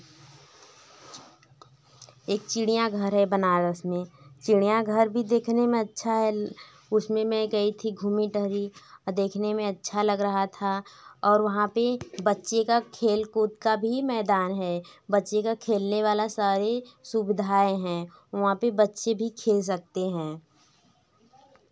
एक चिड़ियाँ घर है बनारस में चिड़ियाघर भी देखने में अच्छा है उसमें मैं गई थी घूमी टहरी देखने में अच्छा लग रहा था और वहाँ पर बच्चे का खेलकूद का भी मैदान है बच्चे का खेलने वाला सारे सुविधाएँ हैं वहाँ पर बच्चे भी खेल सकते हैं